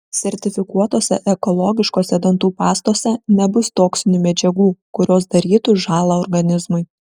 sertifikuotose ekologiškose dantų pastose nebus toksinių medžiagų kurios darytų žąlą organizmui